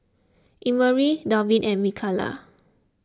Emery Dalvin and Mikaila